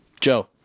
Joe